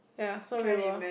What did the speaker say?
ya we were